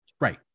Right